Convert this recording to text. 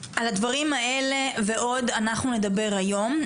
על הדברים האלה ועוד אנחנו נדבר היום.